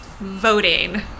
voting